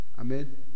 Amen